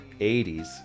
80s